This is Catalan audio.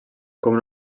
com